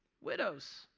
widows